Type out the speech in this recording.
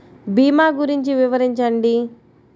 భీమా గురించి వివరించండి?